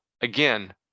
again